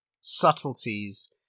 subtleties